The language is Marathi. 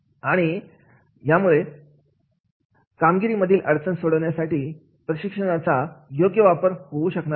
नाही आणि यामुळे कामगिरी मधील अडचण सोडवण्यासाठी प्रशिक्षणाचा योग्य वापर होऊ शकणार नाही